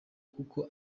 kuko